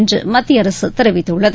என்றுமத்திய அரசுதெரிவித்துள்ளது